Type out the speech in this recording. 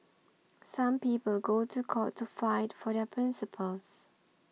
some people go to court to fight for their principles